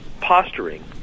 posturing